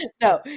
no